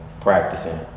practicing